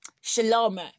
Shalom